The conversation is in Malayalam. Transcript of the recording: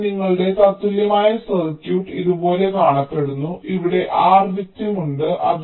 ഇപ്പോൾ നിങ്ങളുടെ തത്തുല്യമായ സർക്യൂട്ട് ഇതുപോലെ കാണപ്പെടുന്നു ഇവിടെ R വിക്ടിം ഉണ്ട്